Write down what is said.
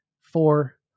Four